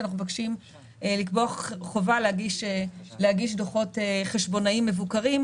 שאנחנו מבקשים לקבוע חובה להגיש דוחות חשבונאיים מבוקרים,